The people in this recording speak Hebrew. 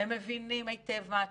הם מבינים היטב מה הצורך,